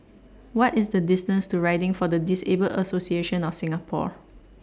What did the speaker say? What IS The distance to Riding For The Disabled Association of Singapore